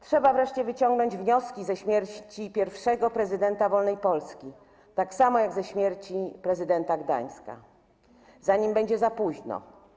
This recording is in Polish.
Trzeba wreszcie wyciągnąć wnioski ze śmierci pierwszego prezydenta wolnej Polski, tak samo jak ze śmierci prezydenta Gdańska, zanim będzie za późno.